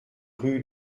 rue